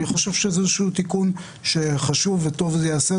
אני חושב שזה תיקון שחשוב וטוב שייעשה,